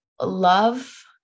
love